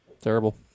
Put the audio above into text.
Terrible